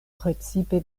precipe